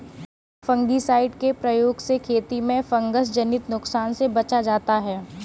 fungicide के प्रयोग से खेती में फँगसजनित नुकसान से बचा जाता है